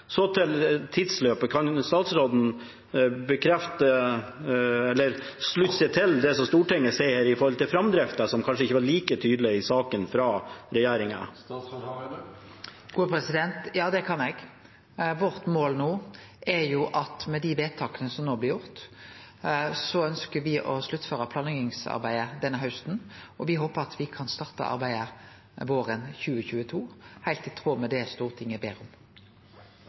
Så til tidsløpet: Kan statsråden slutte seg til det som Stortinget sier her når det gjelder framdriften, som kanskje ikke var like tydelig i saken fra regjeringen? Ja, det kan eg. Vårt mål er at med dei vedtaka som no blir gjorde, ønsker me å sluttføre planleggingsarbeidet denne hausten, og me håper at me kan starte arbeidet våren 2022, heilt i tråd med det Stortinget ber om.